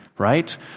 Right